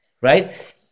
right